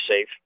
safe